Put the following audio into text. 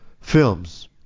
films